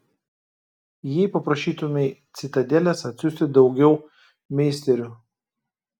jei paprašytumei citadelės atsiųsti daugiau meisterių